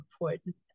important